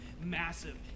massive